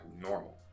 normal